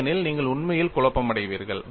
இல்லையெனில் நீங்கள் உண்மையில் குழப்பமடைவீர்கள்